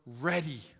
ready